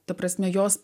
ta prasme jos